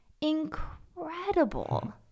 incredible